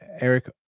Eric